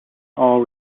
all